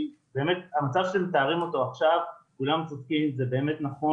המצב שמתארים אותו עכשיו פה בוועדה כולם צודקים לגביו,